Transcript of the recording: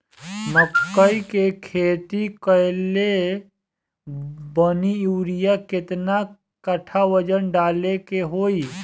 मकई के खेती कैले बनी यूरिया केतना कट्ठावजन डाले के होई?